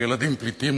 של ילדים פליטים,